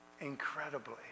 incredibly